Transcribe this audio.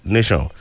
Nation